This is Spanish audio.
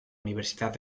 universidad